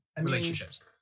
relationships